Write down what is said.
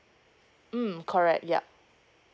mm correct yup